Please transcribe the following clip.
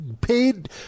paid